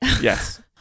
Yes